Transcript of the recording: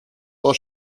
war